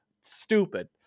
stupid